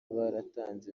baratanze